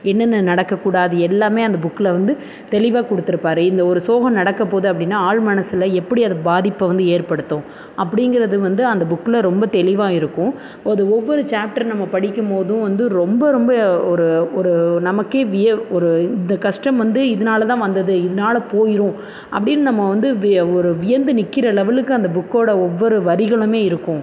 என்னென்ன நடக்கக்கூடாது எல்லாம் அந்த புக்கில் வந்து தெளிவாக கொடுத்துருப்பாரு இந்த ஒரு சோகம் நடக்கப்போகுது அப்படின்னா ஆழ்மனசில் எப்படி அது பாதிப்பை வந்து ஏற்படுத்தும் அப்படிங்கிறது வந்து அந்த புக்கில் ரொம்ப தெளிவாக இருக்கும் அது ஒவ்வொரு சாப்ட்டர் நம்ம படிக்கும் போதும் வந்து ரொம்ப ரொம்ப ஒரு ஒரு நமக்கே விய ஒரு இந்தக் கஷ்டம் வந்து இதனால் தான் வந்தது இதனால் போயிடும் அப்படின்னு நம்ம வந்து விய ஒரு வியந்து நிற்கற லெவலுக்கு அந்த புக்கோடய ஒவ்வொரு வரிகளுமே இருக்கும்